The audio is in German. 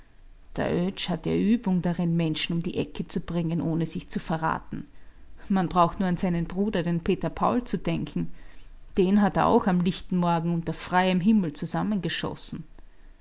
der oetsch hat ja übung darin menschen um die ecke zu bringen ohne sich zu verraten man braucht nur an seinen bruder den peter paul zu denken den hat er auch am lichten morgen unter freiem himmel z'sammengeschossen